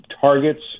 targets